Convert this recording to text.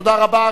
תודה רבה.